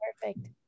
perfect